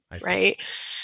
right